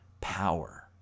power